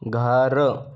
घर